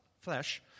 flesh